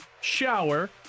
shower